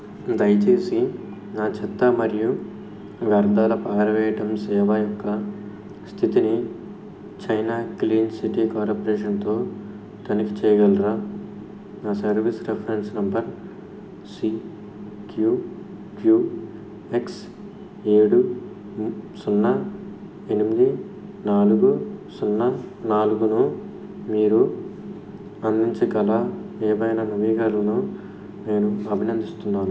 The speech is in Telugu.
దయచేసి నా చెత్త మరియు వ్యర్థాల పారవేయటం సేవ యొక్క స్థితిని చెన్నయ్ క్లీన్ సిటీ కార్పొరేషన్తో తనిఖీ చేయగలరా నా service reference number C Q Q X ఏడు సున్నా ఎనిమిది నాలుగు సున్నా నాలుగును మీరు అందించగల ఏవైనా నవీకరణలను నేను అభినందిస్తున్నాను